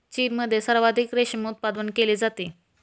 चीनमध्ये सर्वाधिक रेशीम उत्पादन केले जाते